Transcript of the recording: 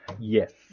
Yes